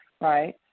right